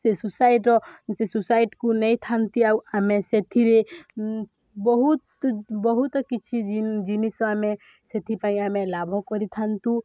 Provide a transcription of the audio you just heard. ସେ ସୋସାଇଟିର ସେ ସୋସାଇଟିକୁ ନେଇଥାନ୍ତି ଆଉ ଆମେ ସେଥିରେ ବହୁତ ବହୁତ କିଛି ଜିନିଷ ଆମେ ସେଥିପାଇଁ ଆମେ ଲାଭ କରିଥାନ୍ତୁ